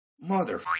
mother